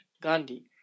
Gandhi